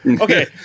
okay